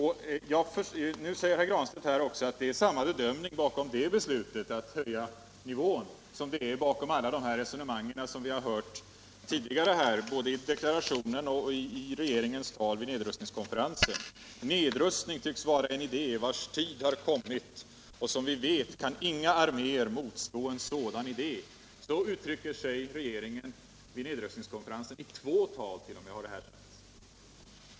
Herr Granstedt säger att bakom förslaget att höja nivån ligger samma bedömning som bakom de resonemang vi hört både i deklarationen och i regeringens tal vid nedrustningskonferensen. ”Nedrustning tycks vara en idé vars tid har kommit och som vi vet kan inga arméer motstå en sådan idé” — så har regeringen uttryckt sig vid nedrustningskonferensen, i två tal t.o.m.